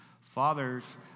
Fathers